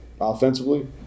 offensively